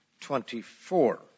24